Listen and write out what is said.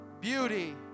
beauty